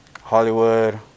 Hollywood